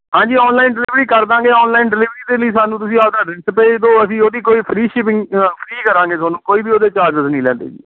ਹਾਂਜੀ online delivery ਕਰ ਦਾਂਗੇ ਔਨਲਾਈਨ ਡਿਲੀਵਰੀ ਦੇ ਲਈ ਸਾਨੂੰ ਤੁਸੀਂ ਆਪਣਾ ਅਡਰੈੱਸ ਭੇਜ ਦਿਓ ਅਸੀਂ ਉਹਦੀ ਕੋਈ ਫਰੀ ਸ਼ਿਪਿੰਗ ਅ ਫਰੀ ਕਰਾਂਗੇ ਤੁਹਾਨੂੰ ਕੋਈ ਵੀ ਉਹਦੇ ਚਾਰਜਸ ਨਹੀਂ ਲੈਂਦੇ ਜੀ